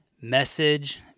message